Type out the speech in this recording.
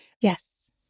Yes